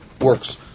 works